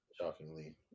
shockingly